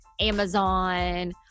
Amazon